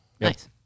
Nice